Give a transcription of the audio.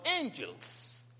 angels